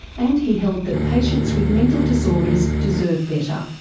and he held that patients with mental disorders deserve better.